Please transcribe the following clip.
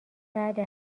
بله